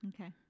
okay